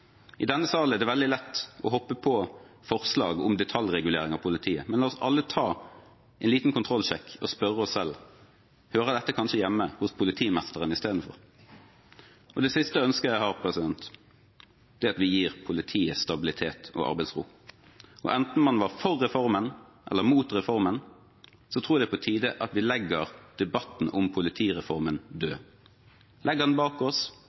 I denne salen er det veldig lett å hoppe på forslag om detaljregulering av politiet, men la oss alle ta en liten kontrollsjekk og spørre oss: Hører dette kanskje hjemme hos politimesteren istedenfor? Det siste ønsket jeg har, er at vi gir politiet stabilitet og arbeidsro. Enten man var for reformen eller mot reformen, tror jeg det er på tide at vi legger debatten om politireformen død, legger den bak oss